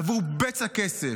בעבור בצע כסף.